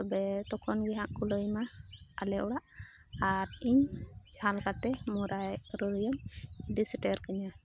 ᱛᱚᱵᱮ ᱛᱚᱠᱷᱚᱱᱜᱮ ᱦᱟᱸᱜ ᱠᱚ ᱞᱟᱹᱭ ᱟᱢᱟ ᱟᱞᱮ ᱚᱲᱟᱜ ᱟᱨ ᱤᱧ ᱡᱟᱦᱟᱸ ᱞᱮᱠᱟᱛᱮ ᱢᱩᱨᱟᱨᱳᱭᱮᱢ ᱤᱫᱤ ᱥᱮᱴᱮᱨ ᱠᱟᱹᱧᱟ